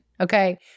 okay